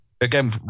again